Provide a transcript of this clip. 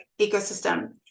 ecosystem